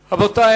רבותי,